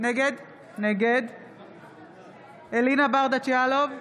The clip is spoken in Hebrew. נגד אלינה ברדץ' יאלוב,